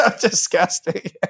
disgusting